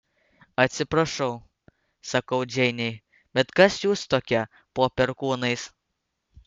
atsiprašau sakau džeinei bet kas jūs tokia po perkūnais